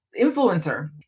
influencer